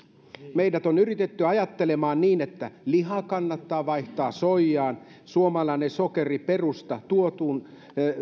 meidät on yritetty saada ajattelemaan niin että liha kannattaa vaihtaa soijaan suomalainen sokeri perusta tuotuun